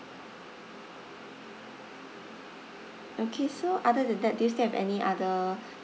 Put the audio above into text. okay so other than that do you still have any other